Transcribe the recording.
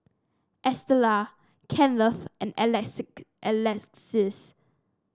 Estella Kenneth and Alexis